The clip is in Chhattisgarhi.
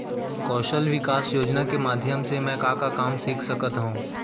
कौशल विकास योजना के माधयम से मैं का का काम सीख सकत हव?